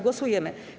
Głosujemy.